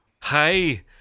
Hi